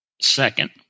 second